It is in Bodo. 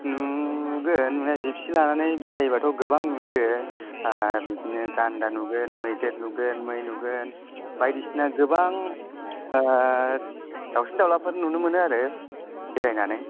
नुगोन नुनाया जिबसि लानानै बेरायबाथ' गोबां नुयो बिदिनो गान्दा नुगोन मैदेर नुगोन मै नुगोन बायदिसिना गोबां दाउसिन दाउलाफोर नुनो मोनो आरो बेरायनानै